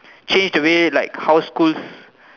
changed the way like how schools